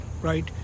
right